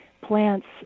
plants